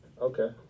Okay